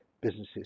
businesses